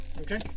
Okay